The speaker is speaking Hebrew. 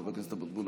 חבר הכנסת אבוטבול,